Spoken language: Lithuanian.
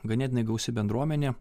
ganėtinai gausi bendruomenė